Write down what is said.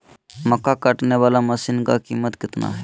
मक्का कटने बाला मसीन का कीमत कितना है?